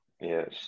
Yes